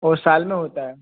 वह साल में होता है